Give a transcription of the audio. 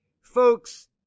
Folks